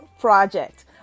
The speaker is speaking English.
project